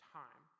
time